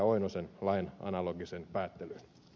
oinosen lain analogiseen päättelyyn